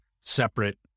separate